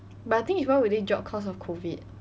but I think this one really dropped because of COVID